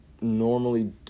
normally